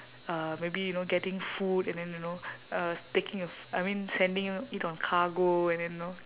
uh maybe you know getting food and then you know uh taking a f~ I mean sending it on cargo and then know